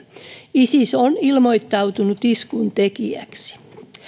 isis on ilmoittautunut iskun tekijäksi